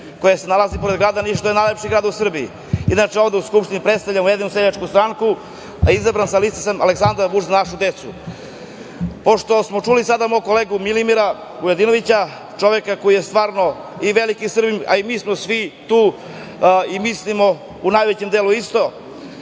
koja se nalazi pored grada Niša. To je najlepši grad u Srbiji. Inače, ovde u Skupštini predstavljam Ujedinjenu seljačku stranku, a izabran sam sa liste Aleksandar Vučić – Za našu decu. Pošto smo sada čuli mog kolegu Milimira Vujadinovića, čoveka koji je stvarno i veliki Srbin, a i mi smo svi tu i mislimo u najvećem delu isto,